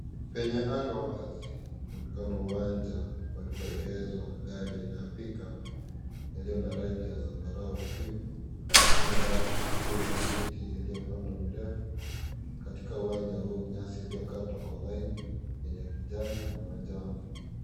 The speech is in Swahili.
Penye anga wazi kunaonekana uwanja palipo na maegesho ya magari . Limeegeshwa gari aina ya pickup yaliyo na rangi ya zambarau hafifu. Nyuma yake pakiwa ni miti iliyopandwa mirefu katika uwanja huu nyasi iliyokatwa kwa laini yenye kijani na manjano.